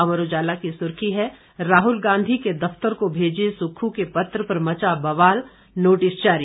अमर उजाला की सुर्खी है राहुल गांधी के दफ्तर को भेजे सुक्खू के पत्र पर मचा बवाल नोटिस जारी